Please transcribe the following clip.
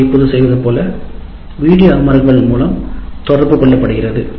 நாங்கள் இப்போது செய்வது போல வீடியோ அமர்வுகள் மூலம் தொடர்பு கொள்ளப்படுகிறது